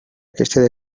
aquestes